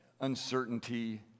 uncertainty